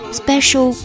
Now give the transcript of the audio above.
special